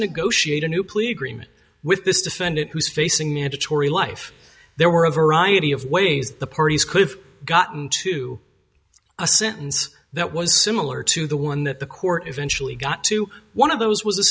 negotiate a new plead remit with this defendant who's facing mandatory life there were a variety of ways the parties could have gotten to a sentence that was similar to the one that the court eventually got to one of those w